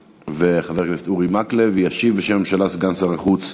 חברת הכנסת מירי רגב, חבר הכנסת ניצן הורוביץ,